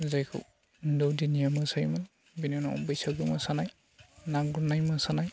जायखौ दौदिनिया मोसायोमोन बिनि उनाव बैसागु मोसानाय ना गुरनाय मोसानाय